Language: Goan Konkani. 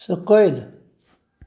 सकयल